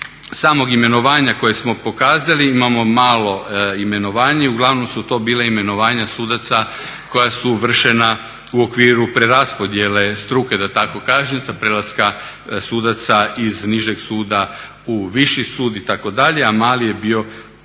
samog imenovanja koje smo pokazali, imamo malo imenovanja, uglavnom su to bila imenovanja sudaca koja su vršena u okviru preraspodjele struke da tako kažem, sa prelaska sudaca iz nižeg suda u viši sud, a mali je bio iznimno